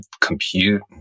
compute